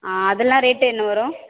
ஆ அதெல்லாம் ரேட்டு என்ன வரும்